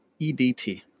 EDT